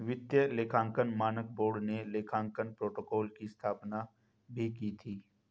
वित्तीय लेखांकन मानक बोर्ड ने लेखांकन प्रोटोकॉल की स्थापना भी की थी